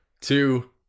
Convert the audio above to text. two